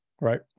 Right